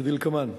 כדלקמן: